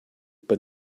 but